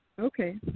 Okay